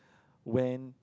when